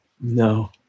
No